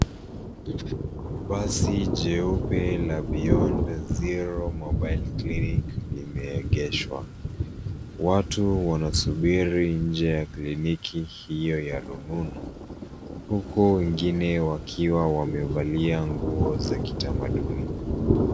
Basi jeupe la beyond zero mobile clinic limeegeshwa. Watu wanasubiri nje ya kliniki hiyo ya rununu huku wengine wakiwa wamevalia nguo za kitamaduni.